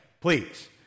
please